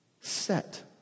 set